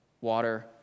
water